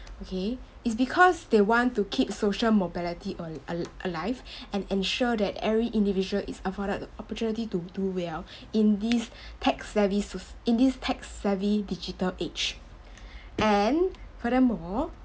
okay is because they want to keep social mobility al~ al~ alive and ensure that every individual is afforded the opportunity to do well in this tech savvy soc~ in this tech savvy digital age and furthermore